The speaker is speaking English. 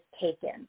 taken